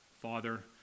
father